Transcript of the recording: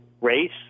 race